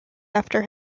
after